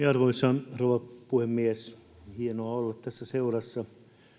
arvoisa rouva puhemies hienoa olla tässä seurassa